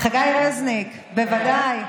חגי רזניק, בוודאי.